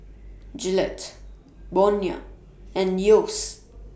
Gillette Bonia and Yeo's